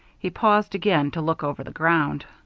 he paused again to look over the ground.